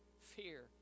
Fear